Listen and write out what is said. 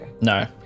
No